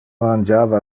mangiava